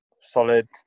solid